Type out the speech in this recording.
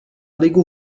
ligu